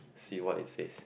see what it says